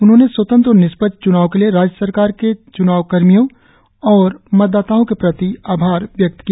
उन्होंने स्वतंत्र और निष्पक्ष च्नाव के लिए राज्य सरकार च्नाव कर्मियों और मतदाताओ के प्रति आभार व्यक्त किया